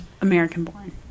American-born